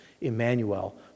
Emmanuel